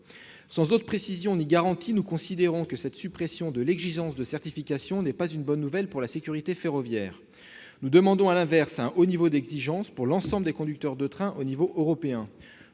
Sans autre précision ni garantie, nous considérons que cette suppression de l'exigence de certification n'est pas une bonne nouvelle pour la sécurité ferroviaire. Nous demandons, à l'inverse, un haut niveau d'exigence pour l'ensemble des conducteurs de train à l'échelon européen.